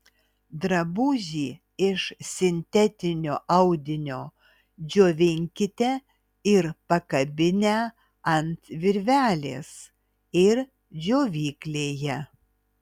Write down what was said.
drabužį iš sintetinio audinio džiovinkite ir pakabinę ant virvelės ir džiovyklėje